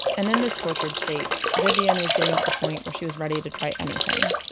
and in this tortured state vivian was getting to the point where she was ready to try anything.